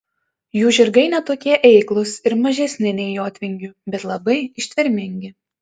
jų žirgai ne tokie eiklūs ir mažesni nei jotvingių bet labai ištvermingi